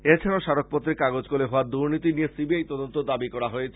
এছাড়াও স্মারক পত্রে কাগজ কলে হওয়া দুনীতি নিয়ে সি বি আই তদন্ত দাবী করা হয়েছে